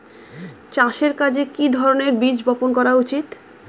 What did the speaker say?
চাষের কাজে কি ধরনের বীজ বপন করা উচিৎ?